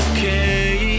Okay